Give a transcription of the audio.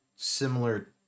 similar